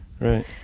right